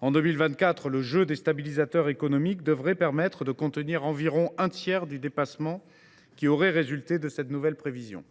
En 2024, le jeu des stabilisateurs automatiques devrait permettre de contenir environ un tiers du dépassement qui aurait résulté de cette nouvelle prévision.